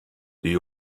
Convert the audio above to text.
die